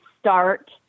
start